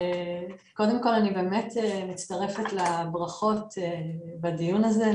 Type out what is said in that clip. קודם כל אני באמת מצטרפת לברכות בדיון הזה,